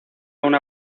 una